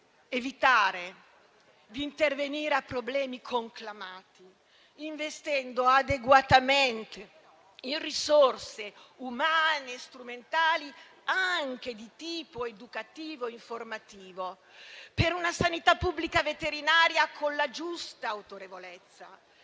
evitare di intervenire a problemi conclamati, investendo adeguatamente in risorse umane e strumentali, anche di tipo educativo-informativo, per una sanità pubblica veterinaria con la giusta autorevolezza,